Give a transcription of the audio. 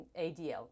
ADL